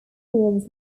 was